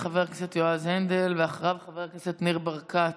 חבר הכנסת יועז הנדל, ואחריו, חבר הכנסת ניר ברקת.